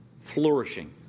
flourishing